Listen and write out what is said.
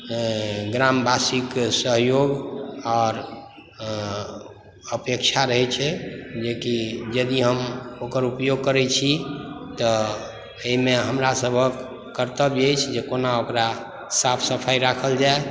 ग्रामवासीके सहयोग आर अपेक्षा रहैत छै जेकि यदि हम ओकर उपयोग करैत छी तऽ एहिमे हमरासभक कर्तव्य अछि जे कोना ओकर साफ सफाइ राखल जाय